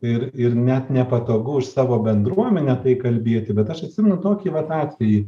ir ir net nepatogu už savo bendruomenę tai kalbėti bet aš atsimenu tokį vat atvejį